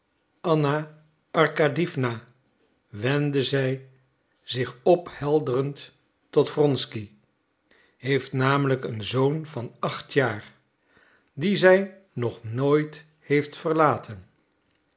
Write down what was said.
anna arkadiewna wendde zij zich ophelderend tot wronsky heeft namelijk een zoon van acht jaar dien zij nog nooit heeft verlaten